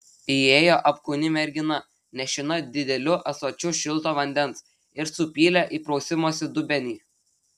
įėjo apkūni mergina nešina dideliu ąsočiu šilto vandens ir supylė į prausimosi dubenį